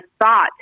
thought